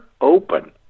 open